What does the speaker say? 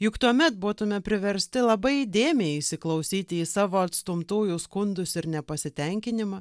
juk tuomet būtume priversti labai įdėmiai įsiklausyti į savo atstumtųjų skundus ir nepasitenkinimą